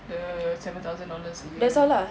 the seven thousands dollars a year